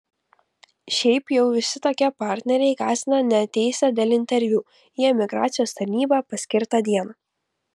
šiaip jau visi tokie partneriai gąsdina neateisią dėl interviu į emigracijos tarnybą paskirtą dieną